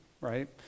right